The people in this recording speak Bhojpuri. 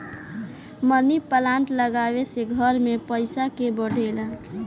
मनी पलांट लागवे से घर में पईसा के बढ़ेला